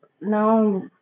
Now